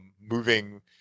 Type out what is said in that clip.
moving